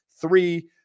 Three